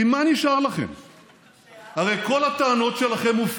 כי בגלות המצב היה קשה עוד יותר,